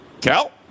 Cal